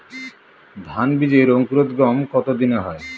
ধান বীজের অঙ্কুরোদগম কত দিনে হয়?